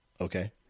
okay